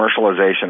commercialization